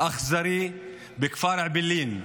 אכזרי בכפר אעבלין,